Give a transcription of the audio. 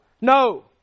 No